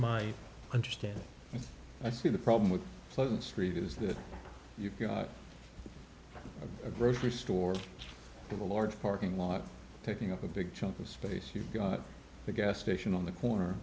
my understanding i see the problem with pleasant street is that you grocery store with a large parking lot taking up a big chunk of space you've got a gas station on the corner